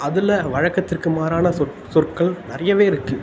அதில் வழக்கத்திற்கு மாறான சொற் சொற்கள் நிறையவே இருக்குது